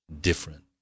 different